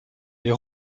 les